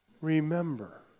remember